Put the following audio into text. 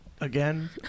Again